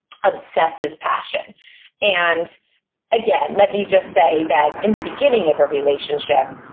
obsessive passion and again, let me just say that in the beginning of a relationship,